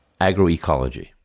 agroecology